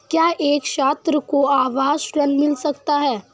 क्या एक छात्र को आवास ऋण मिल सकता है?